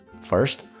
First